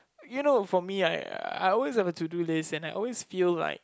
you know for me right uh I always have a to do list and I always feel like